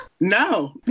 No